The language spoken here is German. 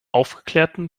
aufgeklärten